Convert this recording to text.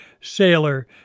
sailor